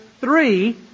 three